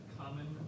common